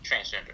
transgender